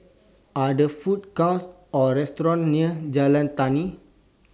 Are There Food cons Or restaurants near Jalan Tani